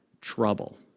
trouble